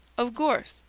of gourse.